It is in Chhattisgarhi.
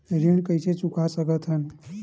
ऋण कइसे चुका सकत हन?